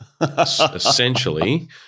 Essentially